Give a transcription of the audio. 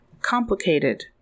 Complicated